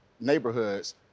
neighborhoods